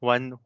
One